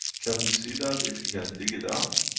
can we see that, if you can dig it out?